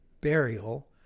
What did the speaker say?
burial